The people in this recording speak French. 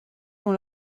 dans